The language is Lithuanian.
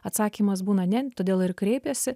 atsakymas būna ne todėl ir kreipėsi